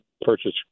purchase